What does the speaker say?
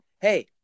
Hey